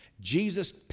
Jesus